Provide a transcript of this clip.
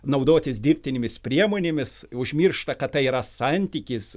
naudotis dirbtinėmis priemonėmis užmiršta kad tai yra santykis